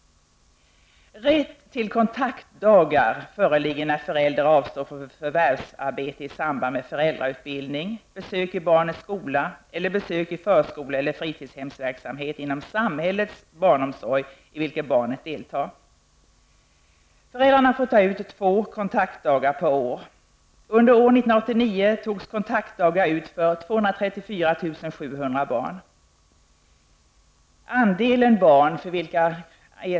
Rätt till kontaktdagar föreligger när föräldern avstår från förvärvsarbete i samband med föräldrautbildning, besök i barnets skola eller besök i förskole eller fritidshemsverksamhet inom samhällets barnomsorg i vilken barnet deltar. Föräldrarna får ta ut två kontaktdagar per år.